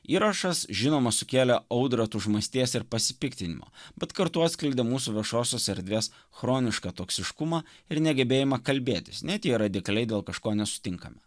įrašas žinoma sukėlė audrą tūžmasties ir pasipiktinimo bet kartu atskleidė mūsų viešosios erdvės chronišką toksiškumą ir negebėjimą kalbėtis ne tik radikaliai dėl kažko nesutinkame